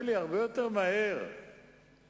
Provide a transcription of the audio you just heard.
עומד בדיוק מה שאנחנו כבר קובלים עליו זה זמן,